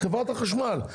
חברת החשמל.